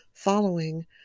Following